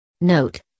Note